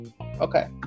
Okay